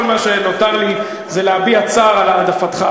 כל מה שנותר לי זה להביע צער על העדפתך,